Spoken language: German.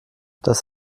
das